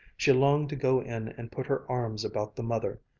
she longed to go in and put her arms about the mother.